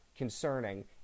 concerning